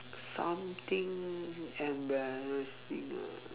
something embarrassing ah